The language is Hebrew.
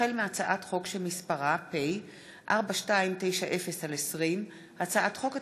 החל בהצעת חוק פ/4290/20 וכלה בהצעת חוק פ/4309/20,